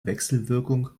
wechselwirkung